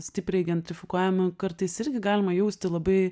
stipriai identifikuojami kartais irgi galima jausti labai